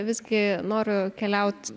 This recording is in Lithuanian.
visgi noriu keliaut